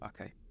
Okay